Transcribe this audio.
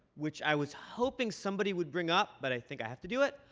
which i was hoping somebody would bring up, but i think i have to do it,